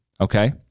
okay